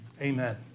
amen